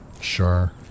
Sure